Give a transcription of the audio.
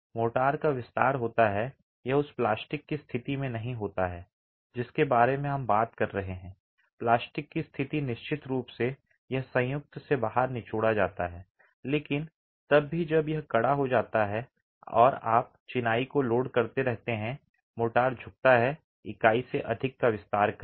mortar का विस्तार होता है यह उस प्लास्टिक की स्थिति में नहीं होता है जिसके बारे में हम बात कर रहे हैं प्लास्टिक की स्थिति निश्चित रूप से यह संयुक्त से बाहर निचोड़ा जाता है लेकिन तब भी जब यह कड़ा हो जाता है और आप चिनाई को लोड करते रहते हैं मोर्टार झुकता है इकाई से अधिक का विस्तार करें